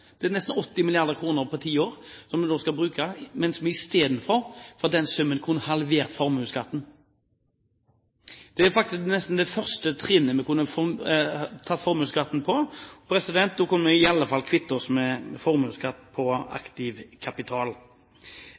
Det er nesten 80 mrd. kr på ti år som vi skal bruke, mens vi for den summen i stedet kunne halvert formuesskatten. Det er faktisk nesten det første trinnet vi kunne tatt formuesskatten på. Da kunne vi i alle fall ha kvittet oss med formuesskatt på aktiv kapital.